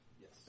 Yes